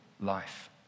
life